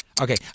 Okay